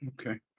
Okay